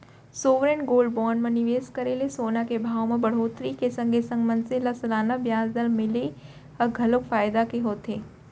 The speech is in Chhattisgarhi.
सॉवरेन गोल्ड बांड म निवेस करे ले सोना के भाव म बड़होत्तरी के संगे संग मनसे ल सलाना बियाज दर मिलई ह घलोक फायदा के होथे